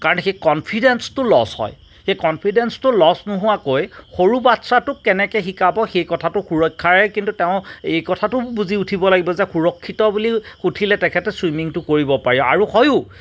কাৰণ সেই কনফিডেন্চটো লছ হয় সেই কনফিডেন্চটো লষ্ট নোহোৱাকৈ সৰু বাচ্চাটোক কেনেকে শিকাব সেই কথাটো সুৰক্ষাই কিন্তু তেওঁ এই কথাটো বুজি উঠিব লাগিব যে সুৰক্ষিত বুলি উঠিলে তেখেতে চুইমিংটো কৰি পাৰি আৰু হয়য়ো